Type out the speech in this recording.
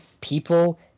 people